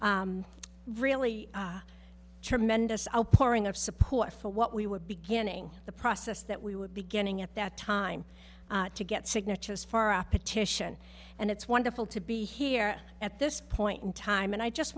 really tremendous outpouring of support for what we were beginning the process that we would be getting at that time to get signatures far a petition and it's wonderful to be here at this point in time and i just